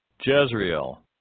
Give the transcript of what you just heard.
Jezreel